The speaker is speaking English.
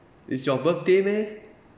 it's your birthday meh